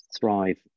thrive